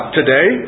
today